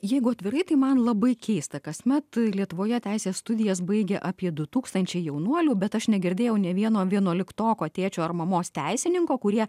jeigu atvirai tai man labai keista kasmet lietuvoje teisės studijas baigia apie du tūkstančiai jaunuolių bet aš negirdėjau nė vieno vienuoliktoko tėčio ar mamos teisininko kurie